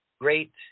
great